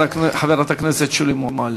חברת הכנסת שולי מועלם.